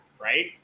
right